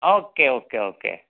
okay okay okay